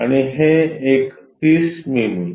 आणि हे एक 30 मिमी